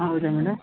ಹೌದಾ ಮೇಡಮ್